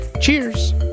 Cheers